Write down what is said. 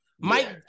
Mike